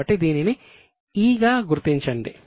కాబట్టి దీనిని 'E' గా గుర్తించండి